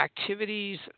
Activities